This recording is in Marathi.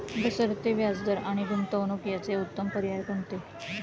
घसरते व्याजदर आणि गुंतवणूक याचे उत्तम पर्याय कोणते?